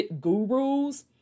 gurus